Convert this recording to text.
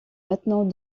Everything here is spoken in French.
maintenant